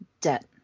debt